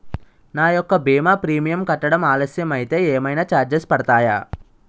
నా యెక్క భీమా ప్రీమియం కట్టడం ఆలస్యం అయితే ఏమైనా చార్జెస్ పడతాయా?